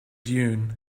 dune